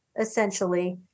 essentially